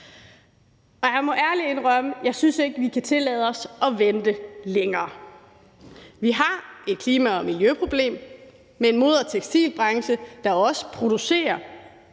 Jeg må ærlig indrømme, at jeg ikke synes, vi kan tillade os at vente længere. Vi har et klima- og miljøproblem med en mode- og tekstilbranche, der også producerer